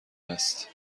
است